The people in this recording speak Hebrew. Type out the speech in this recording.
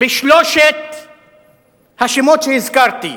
בשלושת השמות שהזכרתי?